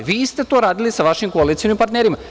Vi ste to radili sa vašim koalicionim partnerima.